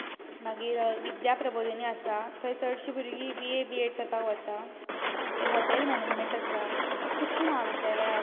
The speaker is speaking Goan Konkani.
मागीर विद्या प्रबोदीनी आसात थंय चडशी भुरगीं बी ए बी एड करपाक वता मागीर हॉटेल मेनेजमेंट आसा अशी खुबशी महाविद्यालया आसा